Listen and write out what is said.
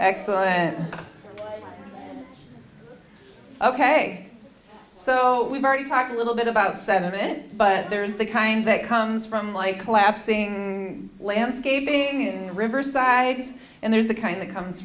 excellent ok so we've already talked a little bit about sentiment but there's the kind that comes from like collapsing landscaping riverside's and there's the kind that comes